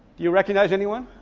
you recognize anyone?